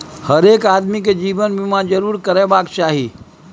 हरेक आदमीकेँ जीवन बीमा जरूर करेबाक चाही